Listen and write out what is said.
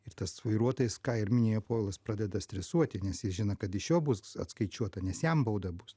ir tas vairuotojas ką ir minėjo povilas pradeda stresuoti nes jis žino kad iš jo bus atskaičiuota nes jam bauda bus